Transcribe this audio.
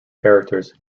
characters